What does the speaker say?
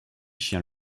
chien